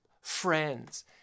friends